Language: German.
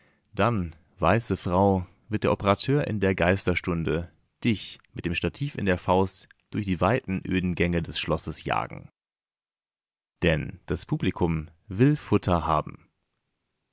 dann weiße frau wird der operateur in der geisterstunde dich mit dem stativ in der faust durch die weiten öden gänge des schlosses jagen denn das publikum will futter haben